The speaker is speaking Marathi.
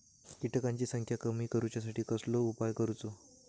किटकांची संख्या कमी करुच्यासाठी कसलो उपाय करूचो?